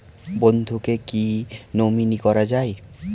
বন্ধুকে কী নমিনি করা যায়?